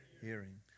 hearing